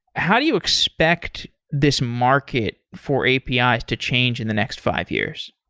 how do you expect this market for apis ah to change in the next five years?